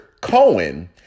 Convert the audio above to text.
Cohen